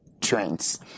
trends